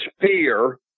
fear